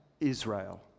Israel